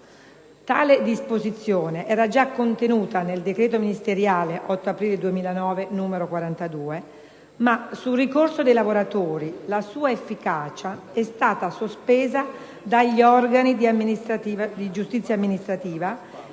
Tale disposizione era già contenuta nel decreto ministeriale n. 42 dell'8 aprile 2009 ma, su ricorso dei lavoratori, la sua efficacia è stata sospesa dagli organi di giustizia amministrativa